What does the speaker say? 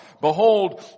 behold